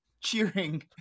cheering